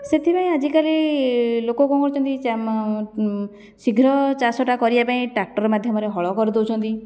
ସେଥିପାଇଁ ଆଜିକାଲି ଲୋକ କଣ କରୁଛନ୍ତି ଶୀଘ୍ର ଚାଷଟା କରିବା ପାଇଁ ଟ୍ରାକ୍ଟର ମାଧ୍ୟମରେ ହଳ କରି ଦେଉଛନ୍ତି